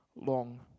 long